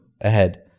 ahead